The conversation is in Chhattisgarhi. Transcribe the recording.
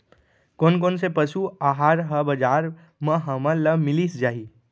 कोन कोन से पसु आहार ह बजार म हमन ल मिलिस जाही?